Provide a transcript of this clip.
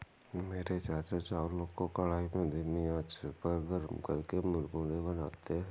मेरे चाचा चावलों को कढ़ाई में धीमी आंच पर गर्म करके मुरमुरे बनाते हैं